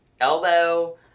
elbow